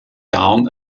down